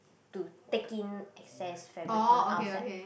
to take in excess fabric from outside